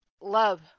Love